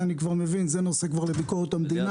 ואני מבין שזה נושא לביקורת המדינה.